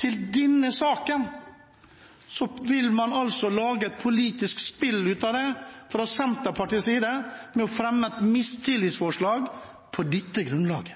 til denne saken, vil man altså lage et politisk spill av det fra Senterpartiets side ved å fremme et mistillitsforslag på dette grunnlaget.